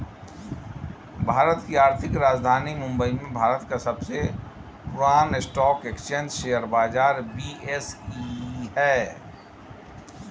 भारत की आर्थिक राजधानी मुंबई में भारत का सबसे पुरान स्टॉक एक्सचेंज शेयर बाजार बी.एस.ई हैं